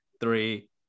three